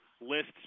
lists